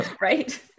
Right